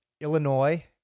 illinois